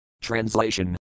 Translation